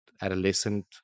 adolescent